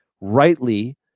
rightly